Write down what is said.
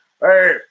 Hey